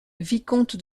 vicomte